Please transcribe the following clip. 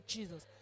Jesus